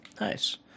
Nice